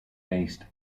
based